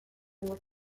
with